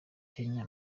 kenya